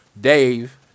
Dave